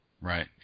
Right